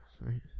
right